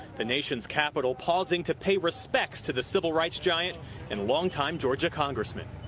the nation's capital pausing to pay respects to the civil rights giant and long-time georgia congressman.